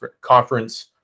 conference –